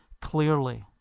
clearly